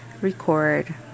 record